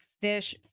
fish